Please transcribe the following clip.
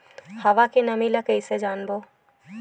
हवा के नमी ल कइसे जानबो?